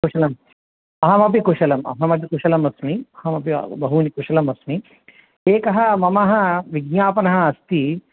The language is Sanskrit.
कुशलम् अहमपि कुशलम् अहमपि कुशलम् अस्मि अहमपि बहूनि कुशलमस्मि एकः मम विज्ञापनः अस्ति